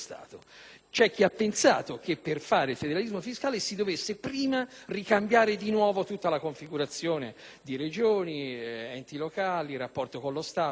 C'è chi ha pensato che per realizzare il federalismo fiscale si dovesse prima cambiare di nuovo tutta la configurazione di Regioni, enti locali, rapporti con lo Stato e così